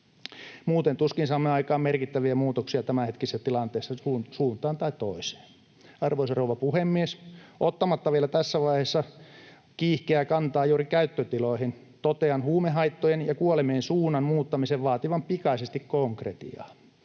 muuten tuskin saamme aikaan merkittäviä muutoksia tämänhetkisessä tilanteessa suuntaan tai toiseen. Arvoisa rouva puhemies! Ottamatta vielä tässä vaiheessa kiihkeää kantaa juuri käyttötiloihin totean huumehaittojen ja ‑kuolemien suunnan muuttamisen vaativan pikaisesti konkretiaa.